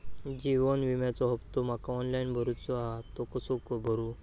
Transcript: जीवन विम्याचो हफ्तो माका ऑनलाइन भरूचो हा तो कसो भरू?